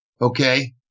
okay